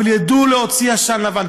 אבל ידעו להוציא עשן לבן,